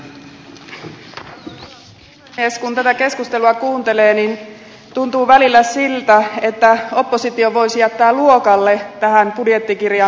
kun tätä keskustelua kuuntelee niin tuntuu välillä siltä että opposition voisi jättää luokalle tähän budjettikirjaan perehtymisestä